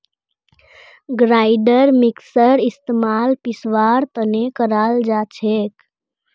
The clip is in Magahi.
ग्राइंडर मिक्सरेर इस्तमाल पीसवार तने कराल जाछेक